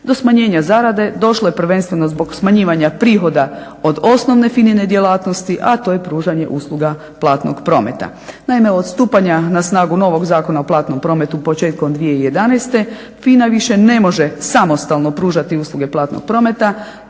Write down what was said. Do smanjenja zarade došlo je prvenstveno zbog smanjivanja prihoda od osnovne FINA-e djelatnosti, a to je pružanje usluga platnog prometa. Naime, od stupanja na snagu novog Zakona o platnom prometu početkom 2011. FINA više ne može samostalno pružati usluge platnog prometa